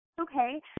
Okay